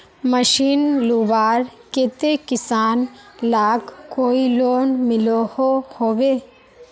Machine लुबार केते किसान लाक कोई लोन मिलोहो होबे?